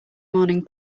morning